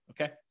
okay